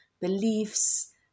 beliefs